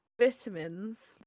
vitamins